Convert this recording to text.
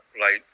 right